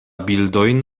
bildojn